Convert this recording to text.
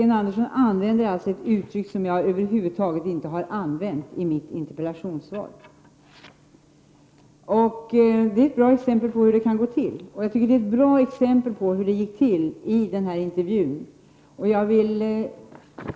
Detta uttryck har jag över huvud taget inte använt i mitt interpellationssvar. Det är ett bra exempel på hur det kan gå till och på hur det gick till vid denna intervju.